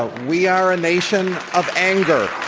ah we are a nation of anger.